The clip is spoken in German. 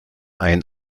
ein